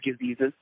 diseases